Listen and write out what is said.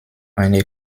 eine